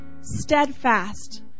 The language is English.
steadfast